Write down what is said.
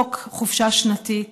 חוק חופשה שנתית.